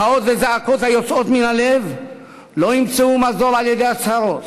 מחאות וזעקות היוצאות מן הלב לא ימצאו מזור על-ידי הצהרות,